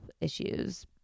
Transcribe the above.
issues